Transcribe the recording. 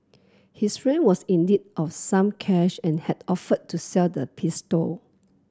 his friend was in need of some cash and had offered to sell the pistol